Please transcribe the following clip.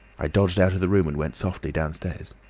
i dodged out of the room and went softly downstairs.